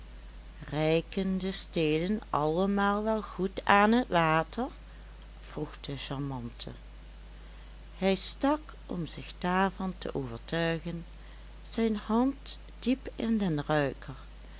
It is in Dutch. reiken de stelen allemaal wel goed aan t water vroeg de charmante hij stak om zich daarvan te overtuigen zijn hand diep in den ruiker